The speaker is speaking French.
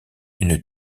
une